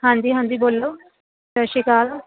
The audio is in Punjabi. ਹਾਂਜੀ ਹਾਂਜੀ ਬੋਲੋ ਸਤਿ ਸ਼੍ਰੀ ਅਕਾਲ